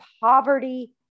poverty